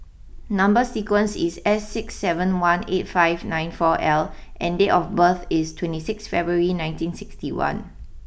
number sequence is S six seven one eight five nine four L and date of birth is twenty six February nineteen sixty one